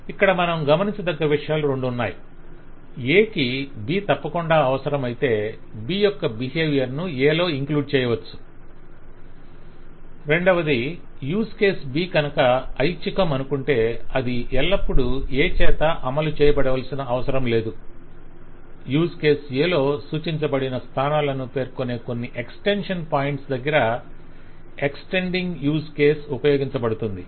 ఇక్కడ మనం గమనించదగ్గ విషయాలు రెండు ఉన్నాయి A కి B తప్పకుండా అవసరం అయితే B యొక్క బిహేవియర్ ను A లో ఇంక్లూడ్ చేయవచ్చు రెండవది యూజ్ కేస్ B కనుక ఐచ్ఛికం అనుకుంటే అది ఎల్లప్పుడూ A చేత అమలుచేయబడవలసిన అవసరం లేదు యూస్ కేస్ A లో సూచించబడిన స్థానాలను పేర్కొనే కొన్ని ఎక్స్టెన్షన్ పాయింట్ల దగ్గర ఎక్స్టెండింగ్ యూజ్ కేస్ ఉపయోగించబడుతుంది